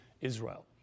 Israel